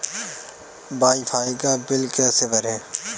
Wi fi का bill कैसे भरें?